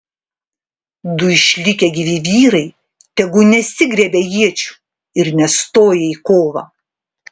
du išlikę gyvi vyrai tegu nesigriebia iečių ir nestoja į kovą